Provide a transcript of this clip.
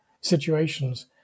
situations